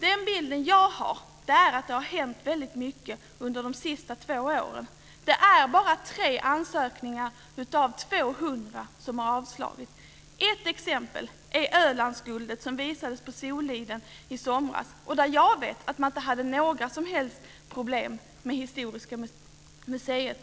Den bild som jag har är att det har hänt väldigt mycket under de senaste två åren. Det är bara Ett exempel är Ölandsguldet, som visades på Solliden i somras. Jag vet att man då på Öland inte hade några som helst problem med Historiska museet.